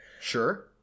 Sure